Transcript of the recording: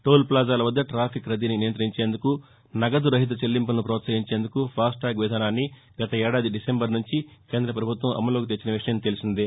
టోల్ఫ్లాజాల వద్ద టాఫిక్ రద్దీని నియంతించేందుకు నగదు రహిత చెల్లింపులను ప్రోత్సహించేందుకు ఫాస్టాగ్ విధానాన్ని గత ఏడాది డిసెంబరు నుంచి కేంద్రపభుత్వం అమలులోకి తెచ్చిన విషయం తెలిసిందే